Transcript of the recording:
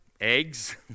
eggs